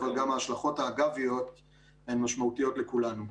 אבל גם ההשלכות האגביות הן משמעותיות לכולנו.